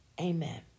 Amen